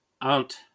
aunt